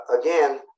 Again